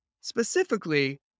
specifically